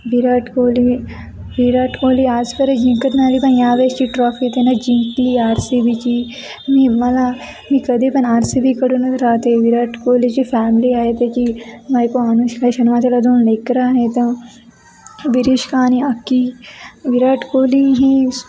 विराट कोहली विराट कोहली आजपर्यंत जिंकत नाही आली पण यावेळेसची ट्रॉफी त्यानं जिंकली आर सी बीची मी मला मी कधी पण आर सी बीकडूनच राहते विराट कोहलीची फॅमिली आहे त्याची बायको अनुष्का शर्माला दोन लेकरं आहेतं विरीष्का आणि अक्की विराट कोहली ही